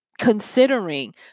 Considering